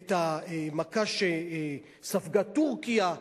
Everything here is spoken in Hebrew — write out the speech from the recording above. את המכה שספגה טורקיה,